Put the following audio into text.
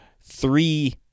three